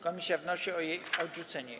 Komisja wnosi o jej odrzucenie.